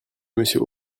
monsieur